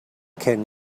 can